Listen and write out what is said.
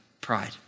pride